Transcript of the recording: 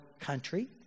country